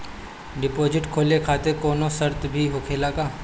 Deposit खोले खातिर कौनो शर्त भी होखेला का?